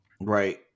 Right